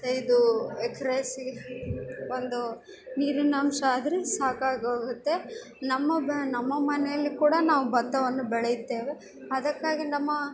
ತೆಯ್ದು ಎಕ್ರೆಸಿಗೆ ಒಂದು ನೀರಿನಾಂಶ ಆದರೆ ಸಾಕಾಗೊಗತ್ತೆ ನಮ್ಮ ಬ ನಮ್ಮ ಮನೇಲಿ ಕೂಡ ನಾವು ಬತ್ತವನ್ನು ಬೆಳೆಯುತ್ತೇವೆ ಅದಕ್ಕಾಗಿ ನಮ್ಮ